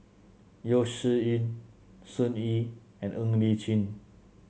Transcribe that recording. Yeo Shih Yun Sun Yee and Ng Li Chin